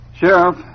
Sheriff